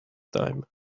time